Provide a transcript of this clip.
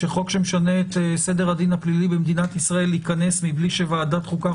שחוק שמשנה את סדר הדין הפלילי במדינת ישראל ייכנס מבלי שוועדת החוקה,